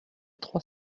trois